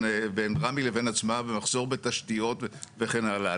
בין רמ"י לבין עצמה ומחסור בתשתיות וכן הלאה.